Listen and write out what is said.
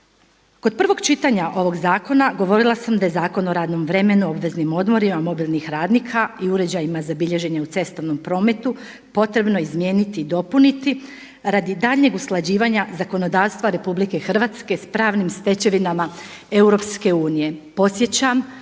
Kod prvog čitanja ovog zakona govorila sam da je Zakon o radnom vremenu, obveznim odmorima mobilnih radnika i uređajima za bilježenje u cestovnom prometu potrebno izmijeniti i dopuniti radi daljnjeg usklađivanja zakonodavstva Republike Hrvatske s pravnim stečevinama Europske